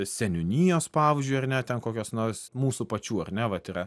seniūnijos pavyzdžiui ar ne ten kokios nors mūsų pačių ar ne vat yra